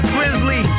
Grizzly